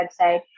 website